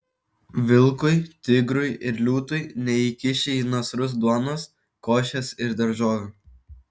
vilkui tigrui ir liūtui neįkiši į nasrus duonos košės ir daržovių